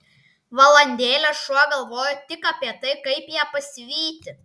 valandėlę šuo galvojo tik apie tai kaip ją pasivyti